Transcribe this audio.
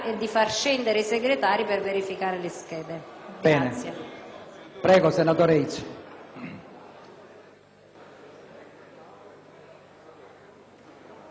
Grazie, Presidente!